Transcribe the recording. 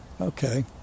Okay